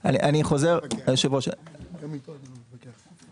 אני מבינה שמבחינה מקצועית אתם לא יודעים לעשות פלט נוסף?